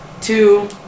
Two